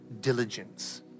diligence